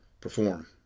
perform